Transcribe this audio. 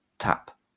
tap